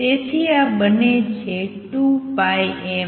તેથી આ બને છે 2πm